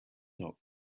not